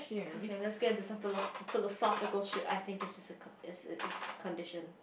okay let's get into some philosophical~ philosophical shit I think is just a is is condition